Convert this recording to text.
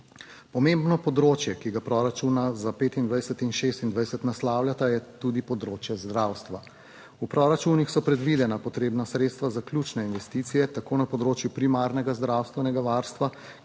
Pomembno področje, ki ga proračuna za 25 in 26 naslavljata je tudi področje zdravstva. V proračunih so predvidena potrebna sredstva za ključne investicije, tako na področju primarnega zdravstvenega varstva,